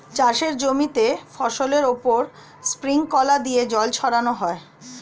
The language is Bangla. চাষের জমিতে ফসলের উপর স্প্রিংকলার দিয়ে জল ছড়ানো হয়